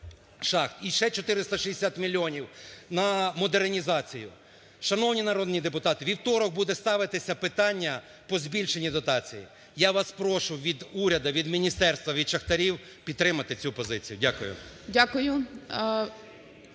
шахт і ще 460 мільйонів на модернізацію. Шановні народні депутати, у вівторок буде ставитися питання по збільшенню дотацій. Я вас прошу від уряду, від міністерства, від шахтарів підтримати цю позицію. Дякую.